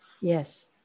Yes